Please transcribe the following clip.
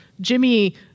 Jimmy